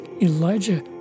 Elijah